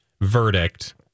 verdict